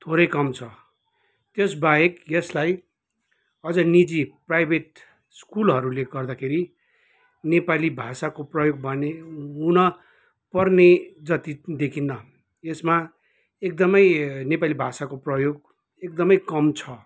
थोरै कम छ त्यसबाहेक यसलाई अझै निजी प्राइभेट स्कुलहरूले गर्दाखेरि नेपाली भाषाको प्रयोग भने हुनपर्ने जति देखिन्न यसमा एकदमै नेपाली भाषाको प्रयोग एकदमै कम छ